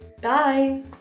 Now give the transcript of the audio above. Bye